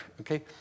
okay